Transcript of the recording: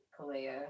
Kalea